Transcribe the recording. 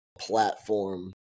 platform